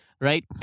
right